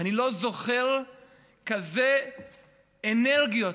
ואני לא זוכר כאלה אנרגיות,